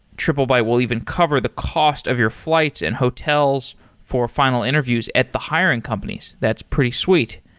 triplebyte will even cover the cost of your flights and hotels for final interviews at the hiring companies. that's pretty sweet.